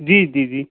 जी जी जी